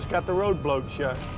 got the road blowed shut.